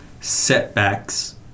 setbacks